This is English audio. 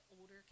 older